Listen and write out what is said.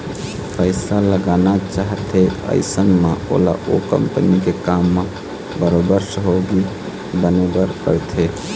पइसा लगाना चाहथे अइसन म ओला ओ कंपनी के काम म बरोबर सहयोगी बने बर परथे